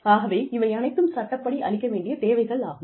ஆகவே இவை அனைத்தும் சட்டப்படி அளிக்க வேண்டிய தேவைகளாகும்